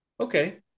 okay